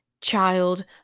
child